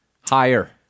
higher